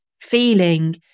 feeling